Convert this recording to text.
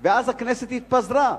ואז הכנסת התפזרה.